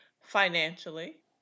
financially